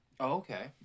okay